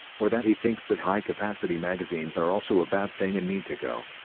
or that he thinks that high-capacity magazines are also a bad thing and need to go.